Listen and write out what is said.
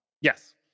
yes